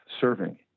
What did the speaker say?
serving